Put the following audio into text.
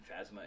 Phasma